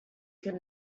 could